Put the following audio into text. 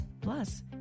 Plus